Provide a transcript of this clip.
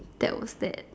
that was that